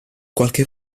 qualche